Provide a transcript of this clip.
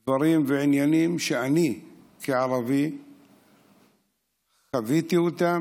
דברים ועניינים שאני כערבי חוויתי אותם,